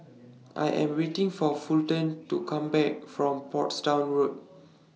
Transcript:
I Am waiting For Fulton to Come Back from Portsdown Road